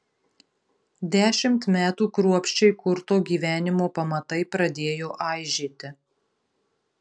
dešimt metų kruopščiai kurto gyvenimo pamatai pradėjo aižėti